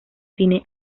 cine